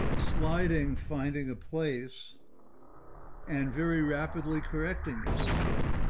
sliding finding a place and very rapidly correcting yourself.